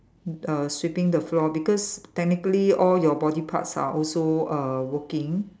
err sweeping the floor because technically all your body parts are also uh working